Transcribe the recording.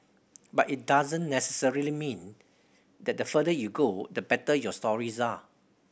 but it doesn't necessarily mean that the further you go the better your stories are